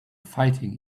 fighting